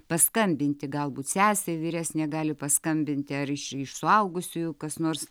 paskambinti galbūt sesė vyresnė gali paskambinti ar iš iš suaugusiųjų kas nors